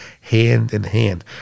hand-in-hand